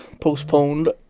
postponed